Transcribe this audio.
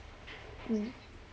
mm